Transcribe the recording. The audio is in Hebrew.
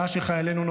בשעה שחיילינו,